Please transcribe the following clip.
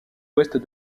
ouest